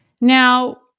Now